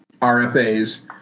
RFAs